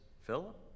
Philip